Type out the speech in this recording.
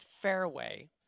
fairway